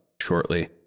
shortly